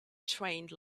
trained